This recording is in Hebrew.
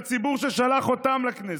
בציבור ששלח אותם לכנסת,